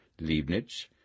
Leibniz